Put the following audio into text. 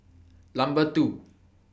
Number two